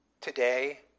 today